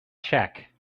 check